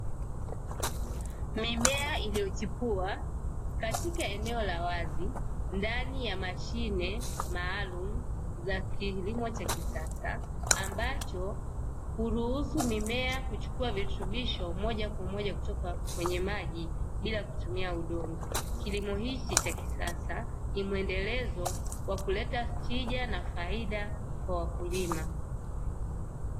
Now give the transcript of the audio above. Mimea iliyochipua katika eneo la wazi ndani ya mashine maalumu za kilimo cha kisasa, ambacho huruhusu mimea kuchukua virutubisho moja kwa moja kutoka kwenye maji bila kutumia udongo; kilimo hicho cha kisasa ni muendelezo wa kuleta tija na faida kwa wakulima.